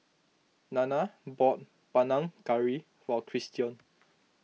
Nana bought Panang Curry for Christion